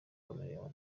chameleone